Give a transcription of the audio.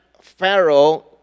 Pharaoh